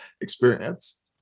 experience